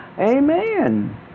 Amen